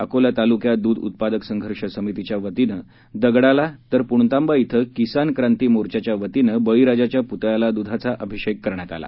अकोले तालुक्यात दूध उत्पादक संघर्ष समितीच्या वतीनं दगडाला तर तर पुणतांबा इथं किसान क्रांती मोर्चाच्या वतीनं बळीराजाच्या पुतळ्याला दुधाचा अभिषेक करण्यात आला